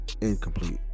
incomplete